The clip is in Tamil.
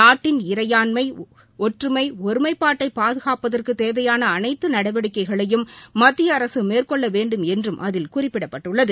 நாட்டின் இறையாண்மை ஒற்றுமைப்பாட்டை பாதுகாப்பதற்கு தேவையான அனைத்து நடவடிக்கைகளையும் மத்திய அரசு மேற்கொள்ள வேண்டும் என்றும் அதில் குறிப்பிடப்பட்டுள்ளது